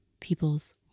people's